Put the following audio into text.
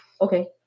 Okay